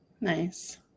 nice